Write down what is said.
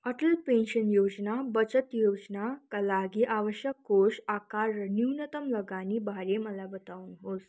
Atal pension Yojana बचत योजनाका लागि आवश्यक कोष आकार र न्यूनतम लगानी बारे मलाई बताउनुहोस्